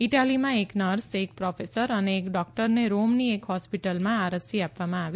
ઇટાલીમાં એક નર્સ એક પ્રોફેસર અને એક ડોકટરને રોમની એક હોસ્પિટલમાં આ રસી આપવામાં આવી